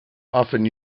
often